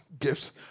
Gifts